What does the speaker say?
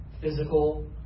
physical